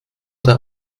der